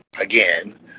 again